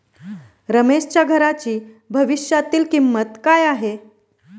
रमेशच्या घराची भविष्यातील किंमत काय आहे?